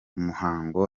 muhango